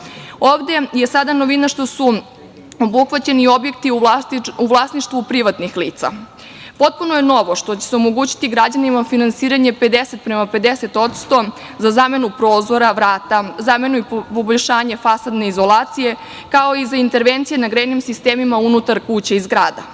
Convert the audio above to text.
ovde je sada novina što su obuhvaćeni i objekti u vlasništvu privatnih lica. Potpuno je novo što će se omogućiti građanima finansiranje 50 prema 50% za zamenu prozora, vrata, zamenu i poboljšanje fasadne izolacije, kao i za intervencije na grejnim sistemima unutar kuća i zgrada.